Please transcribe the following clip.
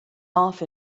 off